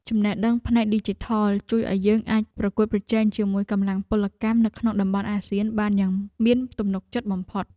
ចំណេះដឹងផ្នែកឌីជីថលជួយឱ្យយើងអាចប្រកួតប្រជែងជាមួយកម្លាំងពលកម្មនៅក្នុងតំបន់អាស៊ានបានយ៉ាងមានទំនុកចិត្តបំផុត។